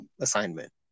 assignment